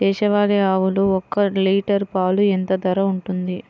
దేశవాలి ఆవులు ఒక్క లీటర్ పాలు ఎంత ధర ఉంటుంది?